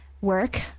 work